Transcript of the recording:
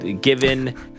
Given